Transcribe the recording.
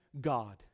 God